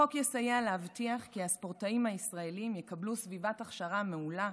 החוק יסייע להבטיח כי הספורטאים הישראלים יקבלו סביבת הכשרה מעולה,